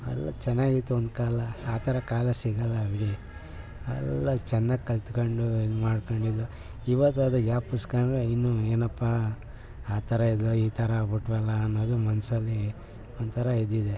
ಅಲ್ಲಿ ಚೆನ್ನಾಗಿತ್ತು ಒಂದು ಕಾಲ ಆ ಥರ ಕಾಲ ಸಿಗೋಲ್ಲ ಬಿಡಿ ಎಲ್ಲ ಚೆನ್ನಾಗಿ ಕಲಿತ್ಕೊಂಡು ಇದು ಮಾಡ್ಕೊಂಡಿದ್ದು ಈವತ್ತು ಅದು ಜ್ಞಾಪಿಸ್ಕೊಂಡ್ರೆ ಇನ್ನೂ ಏನಪ್ಪ ಆ ಥರ ಇದ್ದೋ ಈ ಥರ ಆಗ್ಬಿಟ್ಟೆವಲ್ಲ ಅನ್ನೋದು ಮನಸ್ಸಲ್ಲಿ ಒಂಥರ ಇದು ಇದೆ